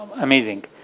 amazing